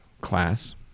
class